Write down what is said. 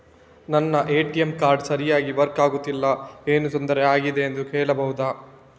ನನ್ನ ATM card ಸರಿಯಾಗಿ work ಆಗುತ್ತಿಲ್ಲ, ಏನು ತೊಂದ್ರೆ ಆಗಿದೆಯೆಂದು ಹೇಳ್ಬಹುದಾ?